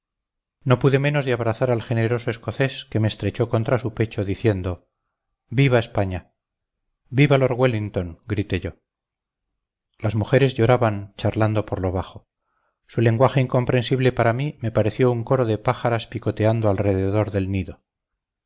no pude menos de abrazar al generoso escocés que me estrechó contra su pecho diciendo viva españa viva lord wellington grité yo las mujeres lloraban charlando por lo bajo su lenguaje incomprensible para mí me pareció un coro de pájaras picoteando alrededor del nido